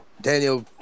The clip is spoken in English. Daniel